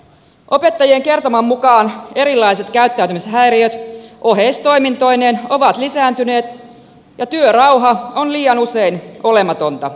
opettajien kertoman mukaan erilaiset käyttäytymishäiriöt oheistoimintoineen ovat lisääntyneet ja työrauha on liian usein olematonta